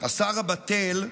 השר הבטל,